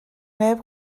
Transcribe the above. neb